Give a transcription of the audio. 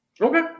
Okay